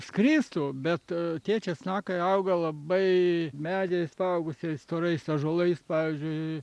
skristų bet tie česnakai auga labai medžiais apaugusiais storais ąžuolais pavyzdžiui